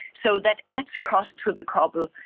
so that adds cost to the couple.